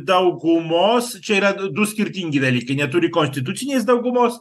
daugumos čia yra du skirtingi dalykai neturi konstitucinės daugumos